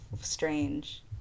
strange